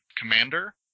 commander